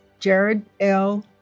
jarod l.